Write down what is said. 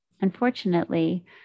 unfortunately